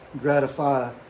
gratify